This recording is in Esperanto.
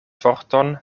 forton